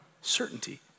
certainty